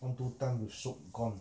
one two time with soap gone